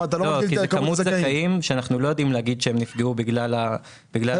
זה מספר זכאים שאנחנו לא יודעים לומר שהם נפגעו בגלל האומיקרון.